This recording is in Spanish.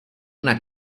una